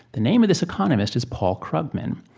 the name of this economist is paul krugman.